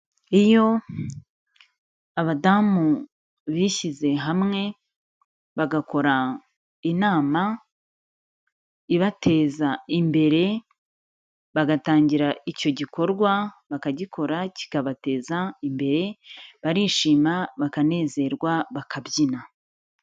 Iyo abadamu bishyize hamwe, bagakora inama ibateza imbere, bagatangira icyo gikorwa, bakagikora kikabateza imbere, barishima, bakanezerwa, bakabyina.